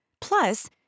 Plus